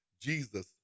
Jesus